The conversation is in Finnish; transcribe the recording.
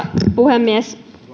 puhemies